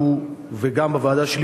אנחנו וגם הוועדה שלי,